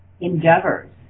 endeavors